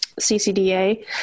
CCDA